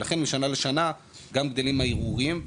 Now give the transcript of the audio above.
לכן משנה לשנה גם גדל מספר הערעורים.